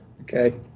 Okay